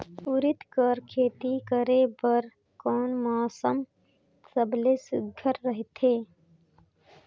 उरीद कर खेती करे बर कोन मौसम सबले सुघ्घर रहथे?